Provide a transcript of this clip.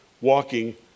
walking